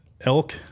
elk